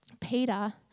Peter